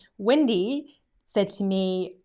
wendy said to me,